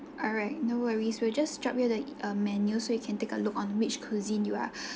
alright no worries we'll just drop you the uh menu so you can take a look on which cuisine you are